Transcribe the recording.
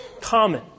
common